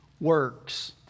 works